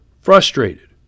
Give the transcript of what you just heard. Frustrated